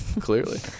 Clearly